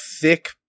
thick